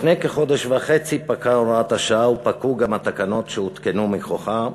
לפני כחודש וחצי פקעה הוראת השעה ופקעו גם התקנות שהותקנו מכוחה.